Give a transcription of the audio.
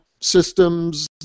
systems